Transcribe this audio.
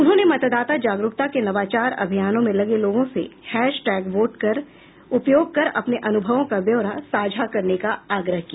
उन्होंने मतदाता जागरूकता के नवाचार अभियानों में लगे लोगों से हैशटैग वोट कर का उपयोग कर अपने अनुभवों का ब्यौरा साझा करने का आग्रह किया